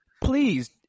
Please